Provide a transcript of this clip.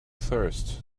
thirst